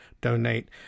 donate